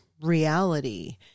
reality